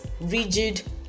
rigid